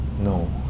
No